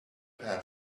pan